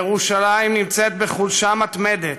ירושלים נמצאת בחולשה מתמדת: